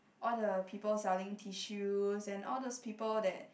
all the people selling tissues and all those people that